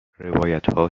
روایتها